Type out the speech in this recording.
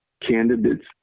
candidates